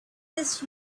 this